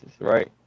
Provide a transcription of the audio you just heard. right